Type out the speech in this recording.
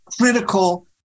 critical